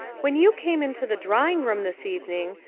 when you came into the drawing-room this evening,